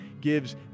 gives